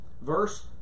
Verse